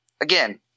again